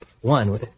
one